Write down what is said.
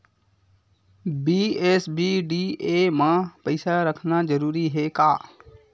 BSBDA मा पईसा रखना जरूरी हे का?